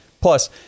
Plus